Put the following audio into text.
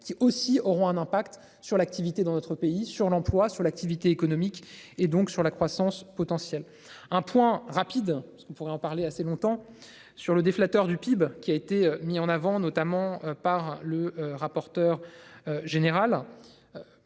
qui aussi auront un impact sur l'activité dans notre pays sur l'emploi, sur l'activité économique et donc sur la croissance potentielle, un point rapide. Ce qu'on pourrait en parler assez longtemps. Sur le déflecteur du PIB qui a été mis en avant, notamment par le rapporteur général.